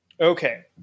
Okay